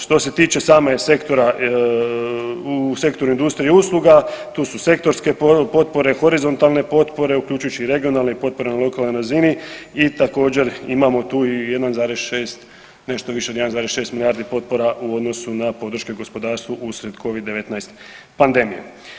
Što se tiče samog sektora u sektoru industrije i usluga, tu su sektorske potpore, horizontalne potpore uključujući i regionalne i potpore na lokalnoj razini i također imamo tu i 1,6 nešto više od 1,6 milijardi potpora u odnosu na podrške gospodarstvu uslijed Covid-19 pandemije.